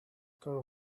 care